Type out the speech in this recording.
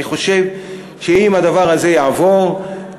אני חושב שאם הדבר הזה יעבור,